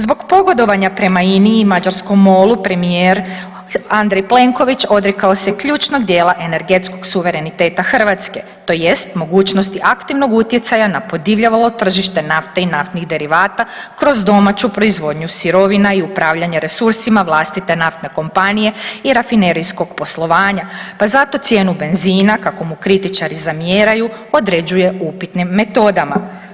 Zbog pogodovanja prema INI i mađarskom MOL-u, premijer Andrej Plenković odrekao se ključnog dijela energetskog suvereniteta Hrvatske, tj. mogućnosti aktivnog utjecaja na podivljalo tržište nafte i naftnih derivata kroz domaću proizvodnju sirovina i upravljanje resursima vlastite naftne kompanije i rafinerijskog poslovanja, pa zato cijenu benzina, kako mu kritičari zamjeraju, određuje upitnim metodama.